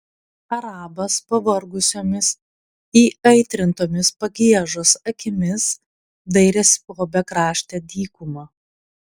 arabas pavargusiomis įaitrintomis pagiežos akimis dairėsi po bekraštę dykumą